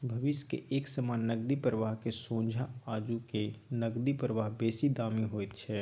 भविष्य के एक समान नकदी प्रवाहक सोंझा आजुक नकदी प्रवाह बेसी दामी होइत छै